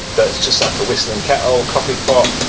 that's just like a whistling kettle, coffee pot,